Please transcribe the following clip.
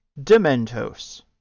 Dementos